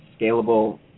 scalable